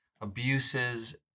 abuses